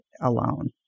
alone